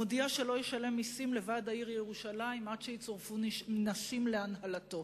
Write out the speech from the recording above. מודיע שלא ישלם מסים לוועד העיר ירושלים עד שיצורפו נשים להנהלתו.